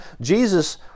Jesus